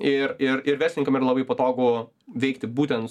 ir ir ir verslininkam yra labai patogu veikti būten